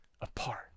apart